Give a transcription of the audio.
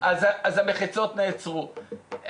אז המחיצות נעצרו.